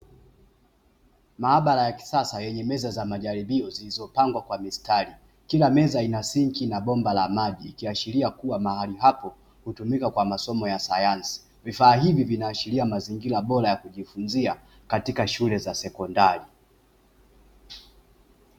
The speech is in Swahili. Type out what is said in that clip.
Maabara ya kisasa yenye meza za majaribio zilizopangwa kwa mistari, kila meza ina sinki na bomba la maji, ikiashiria kuwa mahali hapo hutumika kwa masomo ya sayansi, vifaa hivi vinaashiria mazingira bora ya kujifunzia katika shule za sekondari.